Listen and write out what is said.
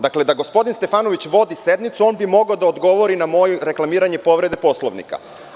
Da gospodin Stefanović vodi sednicu, on bi mogao da odgovori na moje reklamiranje Poslovnika.